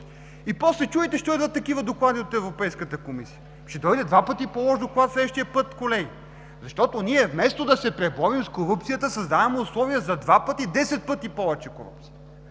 а после се чудите защо идват такива доклади от Европейската комисия. Ще дойде два пъти по-лош доклад следващия път, колеги! Ние, вместо да се преборим с корупцията, създаваме условия за два пъти, десет пъти повече корупция.